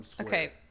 Okay